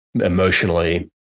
emotionally